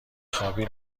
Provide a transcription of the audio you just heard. خوابی